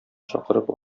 чакырып